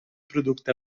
producte